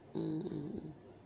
mm